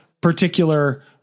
particular